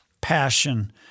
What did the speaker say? passion